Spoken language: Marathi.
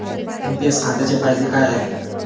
एन.पी.एस खात्याचे फायदे काय आहेत?